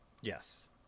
yes